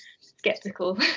skeptical